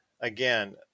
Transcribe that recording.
Again